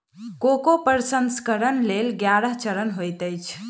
cocoa प्रसंस्करणक लेल ग्यारह चरण होइत अछि